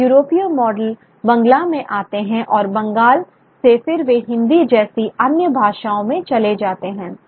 तो यूरोपीय मॉडल बंगला में आते हैं और बंगला से फिर वे हिंदी जैसी अन्य भाषाओं में चले जाते हैं